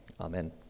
Amen